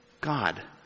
God